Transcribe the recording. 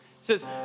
says